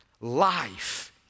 life